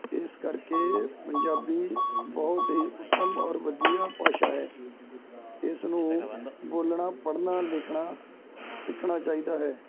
ਇਸ ਕਰਕੇ ਪੰਜਾਬੀ ਬਹੁਤ ਹੀ ਉੱਤਮ ਔਰ ਵਧੀਆ ਭਾਸ਼ਾ ਹੈ ਇਸ ਨੂੰ ਬੋਲਣਾ ਪੜ੍ਹਨਾ ਲਿਖਣਾ ਸਿੱਖਣਾ ਚਾਹੀਦਾ ਹੈ